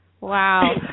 Wow